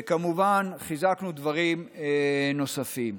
וכמובן, חיזקנו דברים נוספים.